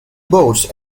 boats